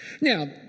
Now